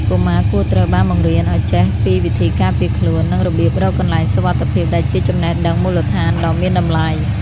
កុមារគួរត្រូវបានបង្រៀនឱ្យចេះពីវិធីការពារខ្លួន និងរបៀបរកកន្លែងសុវត្ថិភាពដែលជាចំណេះដឹងមូលដ្ឋានដ៏មានតម្លៃ។